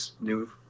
new